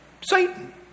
Satan